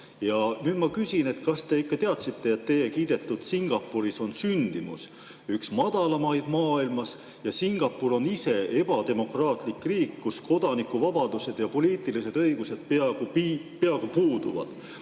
Nüüd ma küsin, kas te ikka teadsite, et teie kiidetud Singapuris on sündimus üks madalamaid maailmas. Singapur on ebademokraatlik riik, kus kodanikuvabadused ja poliitilised õigused peaaegu puuduvad.